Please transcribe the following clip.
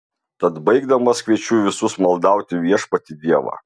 tad baigdamas kviečiu visus maldauti viešpatį dievą